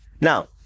Now